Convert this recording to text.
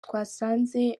twasanze